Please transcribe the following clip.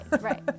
Right